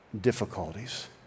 difficulties